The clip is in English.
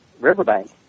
riverbank